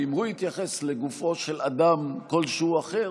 אם הוא יתייחס לגופו של אדם כלשהו אחר,